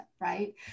right